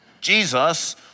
Jesus